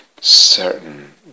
certain